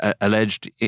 alleged